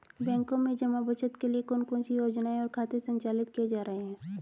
बैंकों में जमा बचत के लिए कौन कौन सी योजनाएं और खाते संचालित किए जा रहे हैं?